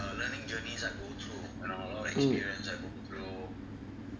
mm